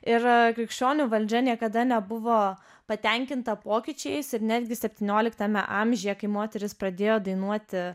ir krikščionių valdžia niekada nebuvo patenkinta pokyčiais ir netgi septynioliktame amžiuje kai moterys pradėjo dainuoti